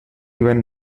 even